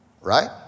Right